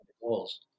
goals